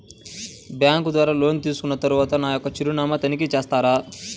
Bank ద్వారా loan తీసుకున్న తరువాత నా యొక్క చిరునామాని తనిఖీ చేస్తారా?